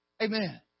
Amen